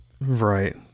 right